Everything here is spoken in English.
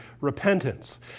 repentance